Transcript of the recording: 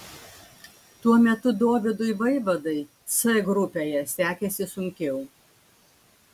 tuo metu dovydui vaivadai c grupėje sekėsi sunkiau